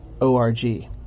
.org